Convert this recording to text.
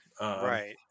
right